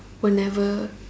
were never